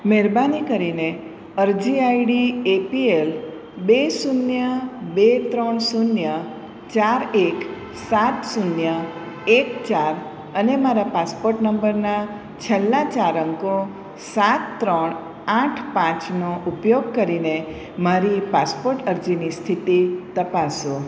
મહેરબાની કરીને અરજી આઈડી એપીએલ બે શૂન્ય બે ત્રણ શૂન્ય ચાર એક સાત શૂન્ય એક ચાર અને મારા પાસપોર્ટ નંબરના છેલ્લા ચાર અંકો સાત ત્રણ આઠ પાંચનો ઉપયોગ કરીને મારી પાસપોર્ટ અરજીની સ્થિતિ તપાસો